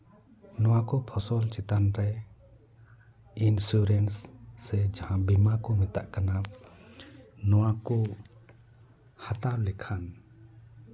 ᱱᱚᱣᱟ ᱠᱚ ᱯᱷᱚᱥᱚᱞ ᱪᱮᱛᱟᱱ ᱨᱮ ᱤᱱᱥᱩᱨᱮᱱᱥ ᱥᱮ ᱡᱟᱦᱟᱸ ᱵᱤᱢᱟ ᱠᱚ ᱢᱮᱛᱟᱜ ᱠᱟᱱᱟ ᱱᱚᱣᱟ ᱠᱚ ᱦᱟᱛᱟᱣ ᱞᱮᱠᱷᱟᱱ